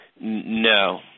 No